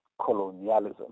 Colonialism